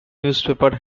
newspaper